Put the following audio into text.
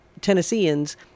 Tennesseans